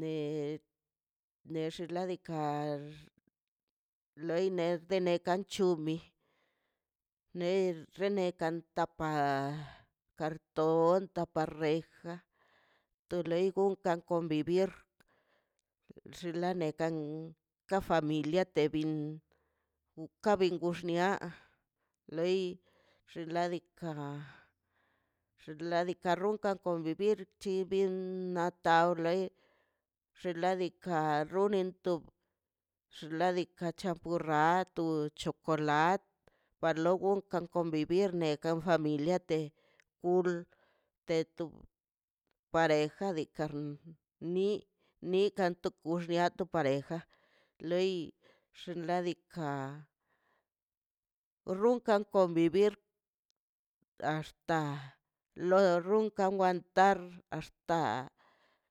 ne xinladika leide ner nekan chumi ner rene kan tapa karton tapa reja to lei gon ka convivir xnelekan ka familia te bin ukan bix wnia lei xinladika xinladika rrun ka convivir na bibilka ne xinladika arunen tob xnaꞌ diikaꞌ a champurrado chocolat par lo gonkan convivir nekan kon familia nete kul te to pareja dikar ni nikanto xnia to pareja loi xnaꞌ diikaꞌ rrunkan convivir axta lo rrunkan guantar axta.